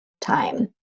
time